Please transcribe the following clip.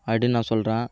அப்படின்னு நான் சொல்கிறேன்